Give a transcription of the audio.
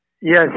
yes